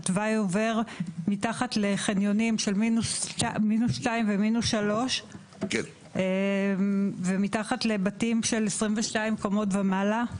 התוואי עובר מתחת לחניונים של 2- ו- 3- ומתחת לבתים של 22 קומות ומעלה.